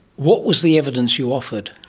what was the evidence you offered?